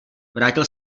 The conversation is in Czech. vrátil